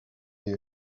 you